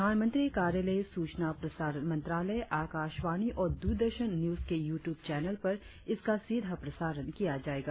प्रधानमंत्री कार्यालय सूचना प्रसारण मंत्रालय आकाशवाणी और दूरदर्शन न्यूज के यू ट्यूब चैनल पर इसका सीधा प्रसारण किया जायेगा